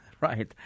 right